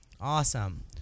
Awesome